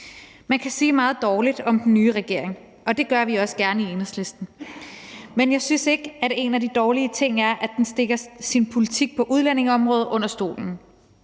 »Man kan sige meget dårligt om den nye regering, og det gør vi også gerne i Enhedslisten. Men jeg synes ikke, en af de dårlige ting er, at den stikker sin politik på udlændingeområdet under stolen.